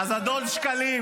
את זה אתה מספר לי?